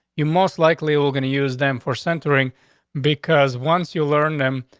you most likely were going to use them for centering because once you learn them,